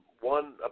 one